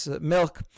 milk